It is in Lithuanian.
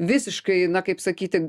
visiškai na kaip sakyti